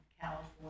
California